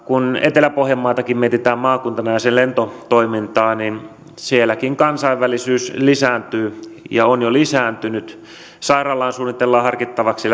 kun etelä pohjanmaatakin mietitään maakuntana ja sen lentotoimintaa niin sielläkin kansainvälisyys lisääntyy ja on jo lisääntynyt sairaalaan suunnitellaan hankittavaksi